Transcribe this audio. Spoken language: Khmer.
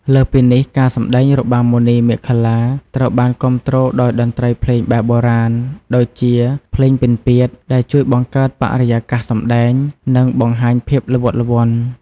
លើសពីនេះ ការសម្តែងរបាំមុនីមាឃលា ត្រូវបានគាំទ្រដោយតន្ត្រីភ្លេងបែបបុរាណ ដូចជា ភ្លេងពិណពាទ្យ ដែលជួយបង្កើតបរិយាកាសសម្តែង និងបង្ហាញភាពល្វត់ល្វន់។